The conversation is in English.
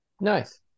Nice